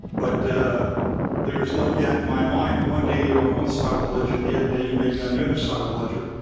but there is no doubt in my mind. one day you're on one side of the ledger, the other day you may be on the other side of the ledger.